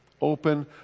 Open